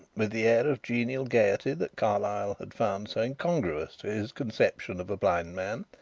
with the air of genial gaiety that carlyle had found so incongruous to his conception of a blind man,